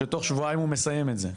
שתוך שבועיים הוא מסיים את זה.